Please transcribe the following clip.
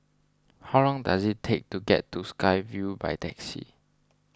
how long does it take to get to Sky Vue by taxi